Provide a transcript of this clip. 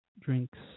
Drinks